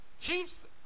Chiefs